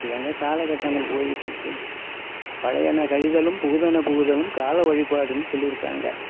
இதாங்க காலக்கட்டங்கள் போயிக்கிட்டுருக்கு பழையென கழிதலும் புகுதென புகுதலும் கால வழிபாடுன்னு சொல்லி இருக்காங்க